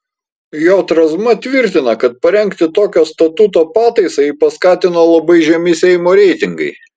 j razma tvirtina kad parengti tokią statuto pataisą jį paskatino labai žemi seimo reitingai